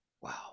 wow